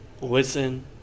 listen